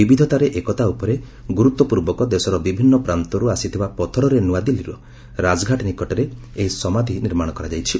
ବିବିଧତାରେ ଏକତା ଉପରେ ଗୁରୁତ୍ୱ ପୂର୍ବକ ଦେଶର ବିଭିନ୍ନ ପାନ୍ତରୁ ଆସିଥିବା ପଥରରେ ନୂଆଦିଲ୍ଲୀର ରାଜଘାଟ ନିକଟରେ ଏହି ସମାଧି ନିର୍ମାଣ କରାଯାଇଛି